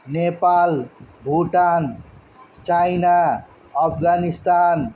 Nepal Bhutan China Afghanistan